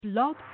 Blog